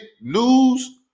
news